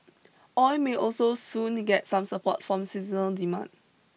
oil may also soon get some support from seasonal demand